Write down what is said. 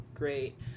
Great